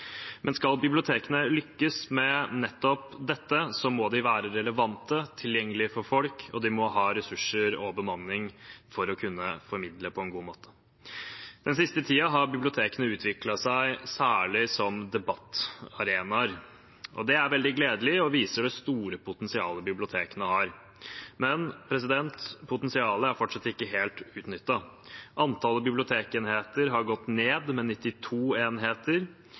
Men skal bibliotekene lykkes med nettopp dette, må de være relevante og tilgjengelige for folk, og de må ha ressurser og bemanning for å kunne formidle på en god måte. Den siste tiden har bibliotekene utviklet seg, særlig som debattaraener. Det er veldig gledelig og viser det store potensialet bibliotekene har. Men potensialet er fortsatt ikke helt utnyttet. Antallet bibliotekenheter har gått ned med 92 enheter,